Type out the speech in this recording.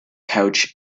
pouch